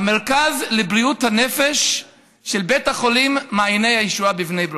המרכז לבריאות הנפש של בית החולים מעייני הישועה בבני ברק.